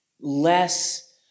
Less